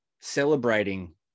celebrating